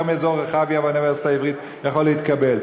מאזור רחביה והאוניברסיטה העברית יכול להתקבל,